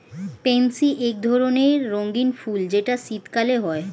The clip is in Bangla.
পেনসি এক ধরণের রঙ্গীন ফুল যেটা শীতকালে হয়